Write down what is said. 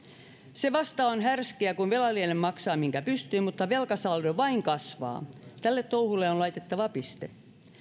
se vasta on härskiä kun velallinen maksaa minkä pystyy mutta velkasaldo vain kasvaa tälle touhulle on laitettava piste